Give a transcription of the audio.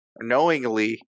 knowingly